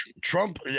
Trump